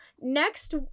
next